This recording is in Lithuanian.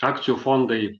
akcijų fondai